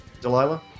Delilah